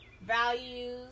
values